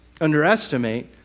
underestimate